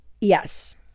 yes